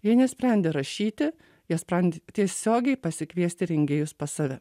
jie nesprendė rašyti jie sprend tiesiogiai pasikviesti rengėjus pas save